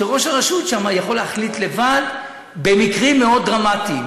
שראש הרשות שם יכול להחליט לבד במקרים מאוד דרמטיים,